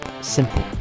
simple